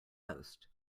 post